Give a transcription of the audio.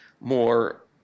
more